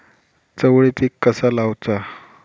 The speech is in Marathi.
चवळी पीक कसा लावचा?